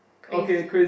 crazy